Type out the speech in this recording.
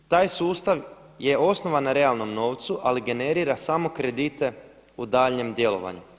Taj sustav je osnova na realnom novcu ali generira samo kredite u daljnjem djelovanju.